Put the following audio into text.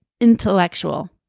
intellectual